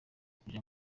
kuja